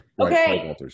Okay